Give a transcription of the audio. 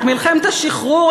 את מלחמת השחרור,